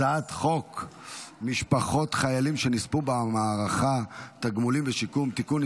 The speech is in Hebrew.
הצעת חוק משפחות חיילים שנספו במערכה (תגמולים ושיקום) (תיקון,